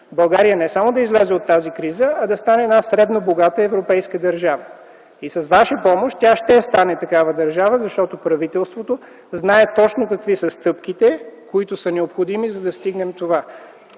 България не само да излезе от тази криза, а да стане една средно богата европейска държава и с ваша помощ тя ще стане такава държава, защото правителството знае точно какви са стъпките, които са необходими, за да стигнем това.